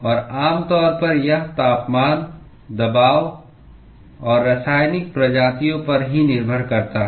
और आमतौर पर यह तापमान दबाव और रासायनिक प्रजातियों पर ही निर्भर करता है